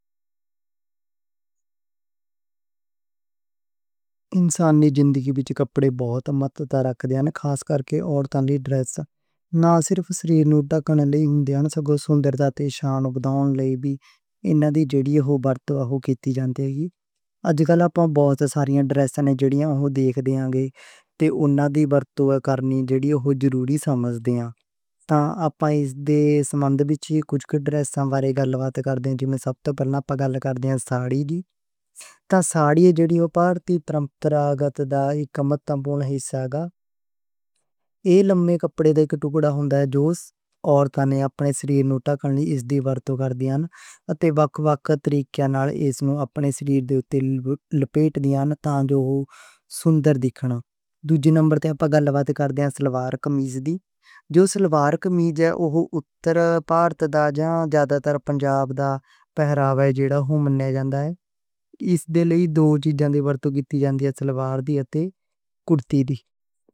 انسانی زندگی وچ کپڑے بہت مہتتا رکھدے نیں۔ خاص کرکے عورتاں دے ڈریس نہ صرف سریر نوں چھپاؤن لئی ہوندے نیں سگوں سندرتا تے شان ودھاؤن لئی وی، انہاں دی ورتوں کیتی جاندی اے۔ اج کل ہم بہت ساری ڈریسز دیکھدے ہاں جیہڑیاں ہم ورتاؤ کرن جاں نیں ضروری سمجھی جان دیاں نیں۔ تاں اپاں اس دے سمبندھ وچ کچھ ڈریساں بارے گَل بات کرانگے۔ میں سب توں پہلاں گَل کرانگا ساڑی دی۔ تاں ساڑی جیہڑی اے بھارتی پرمپراغت دا اک خاص انگ گنی جاندی اے۔ ایہہ لمبے کپڑے دا ٹکڑا ہوندا اے جس نوں عورتاں اپنے سریر نوں چھپاؤن لئی ورتدیاں نیں۔ دوجھے نمبر تے ہم گَل کرانگے سلوار قمیض دی۔ جو سلوار قمیض اے اوہ اتر بھارت دا جاں، زیادہ تر پنجاب دا پہروا اے جیہڑا ہن منیا جاندا اے۔ اس لئی دو چیزاں دا ورتاؤ کیتا جاندا اے سلوار قمیض دا۔